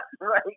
Right